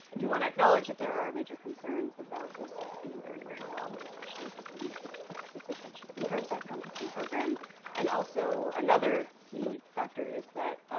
you want acknowledge that there are major concerns about those sites being very overwhelmed, especially given this ascension of the curbside composting program and also another key factor is